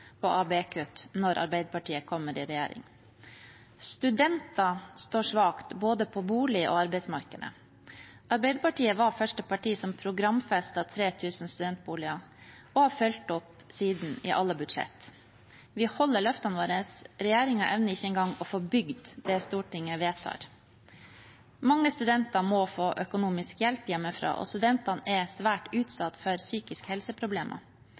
når Arbeiderpartiet kommer i regjering. Studenter står svakt på både bolig- og arbeidsmarkedet. Arbeiderpartiet var første parti som programfestet 3 000 studentboliger, og vi har siden fulgt opp i alle budsjetter. Vi holder løftene våre. Regjeringen evner ikke engang å få bygd det Stortinget vedtar. Mange studenter må få økonomisk hjelp hjemmefra, og studentene er svært utsatt for psykiske helseproblemer.